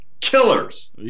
killers